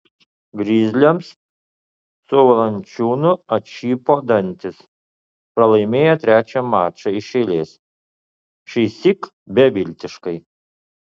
grizliams su valančiūnu atšipo dantys pralaimėjo trečią mačą iš eilės šįsyk beviltiškai